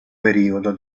periodo